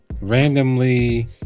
randomly